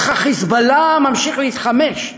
אך "חיזבאללה" ממשיך להתחמש.